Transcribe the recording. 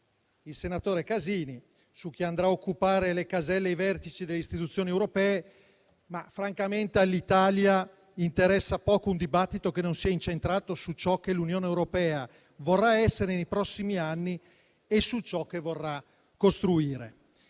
il senatore Casini, su chi andrà a occupare le caselle e i vertici delle istituzioni europee, ma francamente all'Italia interessa poco un dibattito che non sia incentrato su ciò che l'Unione europea vorrà essere nei prossimi anni e su ciò che vorrà costruire.